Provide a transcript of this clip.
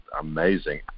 amazing